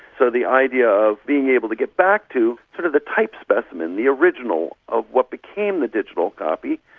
so the idea of being able to get back to sort of the type specimen, the original of what became the digital copy,